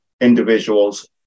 individuals